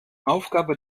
aufgabe